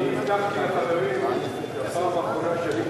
אני הבטחתי לחברים שהפעם האחרונה שלי,